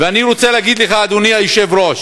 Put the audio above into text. ואני רוצה להגיד לך, אדוני היושב-ראש: